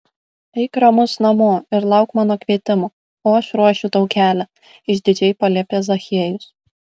eik ramus namo ir lauk mano kvietimo o aš ruošiu tau kelią išdidžiai paliepė zachiejus